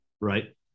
Right